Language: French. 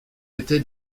était